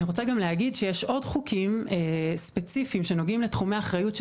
אני רוצה לומר שיש עוד חוקי ספציפיים שנוגעים לתחומי האחריות של